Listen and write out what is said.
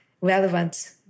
relevant